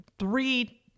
three